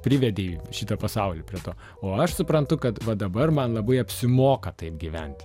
privedei šitą pasaulį prie to o aš suprantu kad va dabar man labai apsimoka taip gyventi